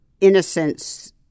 innocence